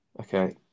okay